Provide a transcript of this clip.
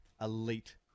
elite